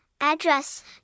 address